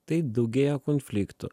tai daugėja konfliktų